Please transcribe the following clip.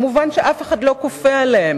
כמובן, אף אחד לא כופה עליהם.